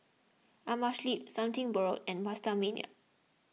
Amerisleep Something Borrowed and PastaMania